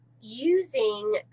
using